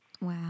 Wow